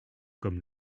comme